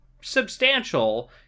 substantial